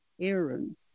Aaron